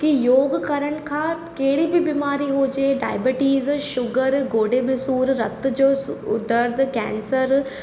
की योगु करण खां कहिड़ी बि बीमारी हुजे डायबिटीज़ शुगर गोॾे में सूरु रत जो सो दर्द कैंसर